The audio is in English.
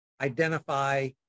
identify